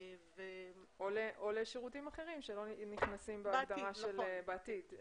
או לשירותים אחרים אם נכנסים בהגדרה, בעתיד.